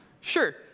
Sure